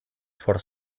for